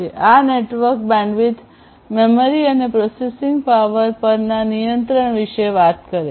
આ network bandwidth memory અને processing power પરના નિયંત્રણ વિશે વાત કરે છે